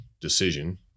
decision